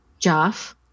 Joff